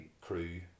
crew